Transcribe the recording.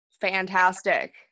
Fantastic